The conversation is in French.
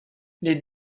les